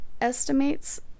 estimates